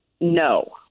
No